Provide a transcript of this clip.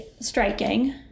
striking